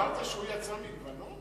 אמרת שהוא יצא מלבנון?